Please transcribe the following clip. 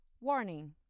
Warning